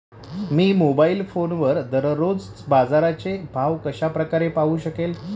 मी mobile फोनवर दररोजचे बाजाराचे भाव कशा प्रकारे पाहू शकेल?